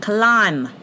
Climb